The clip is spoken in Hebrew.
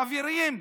חברים,